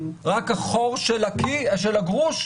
רק החור של הגרוש?